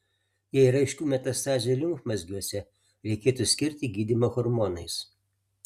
jei yra aiškių metastazių limfmazgiuose reikėtų skirti gydymą hormonais